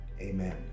amen